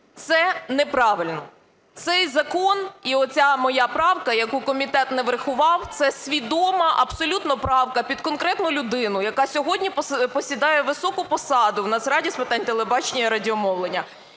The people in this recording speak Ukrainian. Це неправильно. Цей закон і оця моя правка, яку комітет не врахував… Це свідома абсолютно правка під конкретну людину, яка сьогодні посідає високу посаду в Нацраді з питань телебачення і радіомовлення.